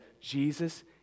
Jesus